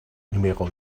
numéro